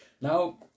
Now